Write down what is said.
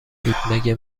بود، مگه